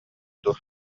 дуо